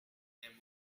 than